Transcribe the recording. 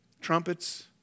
Trumpets